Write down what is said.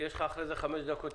שמעתם שיש קושי אחרי שחוקק החוק.